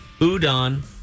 udon